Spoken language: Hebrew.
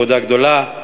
עבודה גדולה,